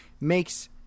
makes